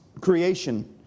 creation